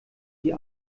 die